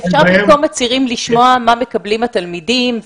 במקום הצירים אפשר לשמוע מה מקבלים התלמידים,